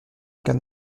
qu’un